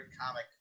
comic